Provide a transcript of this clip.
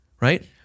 right